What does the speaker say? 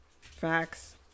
Facts